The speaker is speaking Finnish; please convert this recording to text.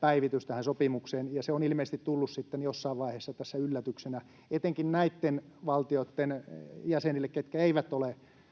päivitys tähän sopimukseen. Se on ilmeisesti tullut sitten jossain vaiheessa yllätyksenä etenkin näitten valtioitten jäsenille, ketkä eivät ole